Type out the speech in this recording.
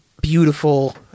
beautiful